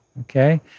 okay